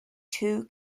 two